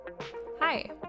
Hi